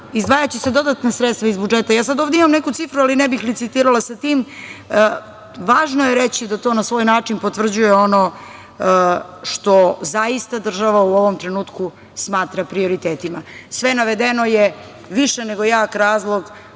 izdvajaće se dodatna sredstva iz budžeta. Ja sada ovde imam neku cifru, ali ne bi licitirala sa tim. Važno je reći da to na svoj način potvrđuje ono što zaista država u ovom trenutku smatra prioritetima. Sve navedeno je više nego jak razlog